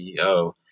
CEO